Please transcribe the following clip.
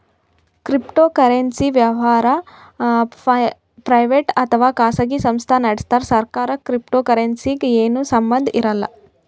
cryptocurrency ವ್ಯವಹಾರ್ private ಅಥವಾ ಖಾಸಗಿ ಸಂಸ್ಥಾ ನಡಸ್ತಾರ್ ಸರ್ಕಾರಕ್ಕ್ ಕ್ರಿಪ್ಟೋಕರೆನ್ಸಿಗ್ ಏನು ಸಂಬಂಧ್ ಇರಲ್ಲ್